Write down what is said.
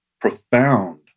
profound